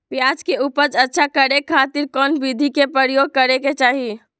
प्याज के उपज अच्छा करे खातिर कौन विधि के प्रयोग करे के चाही?